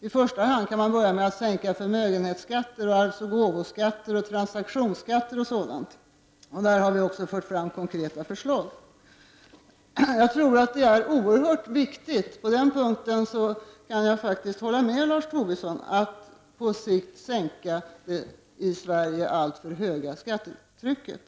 I första hand kan man sänka förmögenhetsskatter, arvsoch gåvoskatter, transaktionsskatter och sådant. Här har vi också fört fram konkreta förslag. Jag tror att det är oerhört viktigt — och på den punkten kan jag faktiskt hålla med Lars Tobisson — att på sikt sänka det i Sverige alltför höga skattetrycket.